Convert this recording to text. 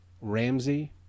ramsey